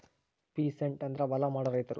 peasant ಅಂದ್ರ ಹೊಲ ಮಾಡೋ ರೈತರು